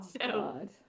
God